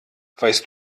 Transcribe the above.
weißt